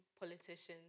politicians